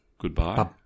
goodbye